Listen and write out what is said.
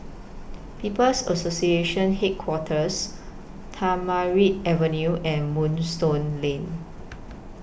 People's Association Headquarters Tamarind Avenue and Moonstone Lane